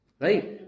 right